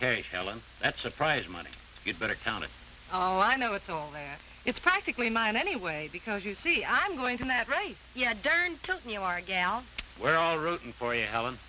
carry helen that's a prize money you'd better count it oh i know it's all there it's practically mine anyway because you see i'm going to that right yeah durn took me you are gal we're all rooting for you helen